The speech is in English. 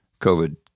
COVID